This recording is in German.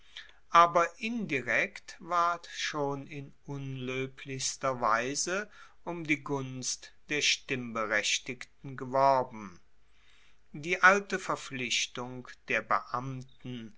aber indirekt ward schon in unloeblichster weise um die gunst der stimmberechtigten geworben die alte verpflichtung der beamten